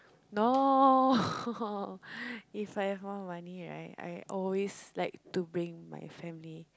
no If I have more money right I always like to bring my family